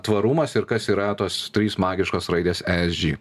tvarumas ir kas yra tos trys magiškos raidės esg